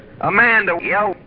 Amanda